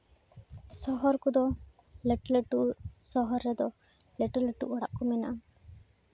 ᱥᱚᱦᱚᱨ ᱠᱚᱫᱚ ᱞᱟᱹᱴᱩ ᱞᱟᱹᱴᱩ ᱥᱚᱦᱚᱨ ᱨᱮᱫᱚ ᱞᱟᱹᱴᱩ ᱞᱟᱹᱴᱩ ᱚᱲᱟᱜ ᱠᱚ ᱢᱮᱱᱟᱜᱼᱟ